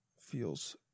feels –